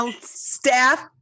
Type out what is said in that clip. Staff